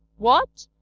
what?